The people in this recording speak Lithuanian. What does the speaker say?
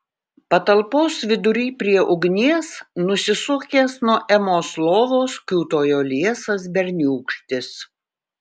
patalpos vidury prie ugnies nusisukęs nuo emos lovos kiūtojo liesas berniūkštis